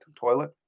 toilet